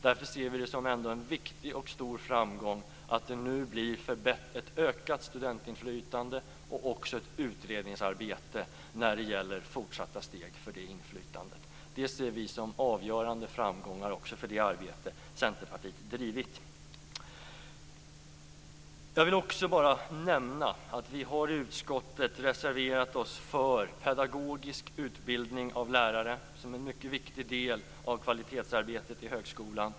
Därför ser vi det som en viktig och stor framgång att det nu blir ett ökat studentinflytande och ett utredningsarbete när det gäller fortsatta steg för det inflytandet. Det ser vi som avgörande framgångar också för det arbete som Centerpartiet har drivit. I utskottet har vi reserverat oss för pedagogisk utbildning av lärare som en mycket viktig del av kvalitetsarbetet i högskolan.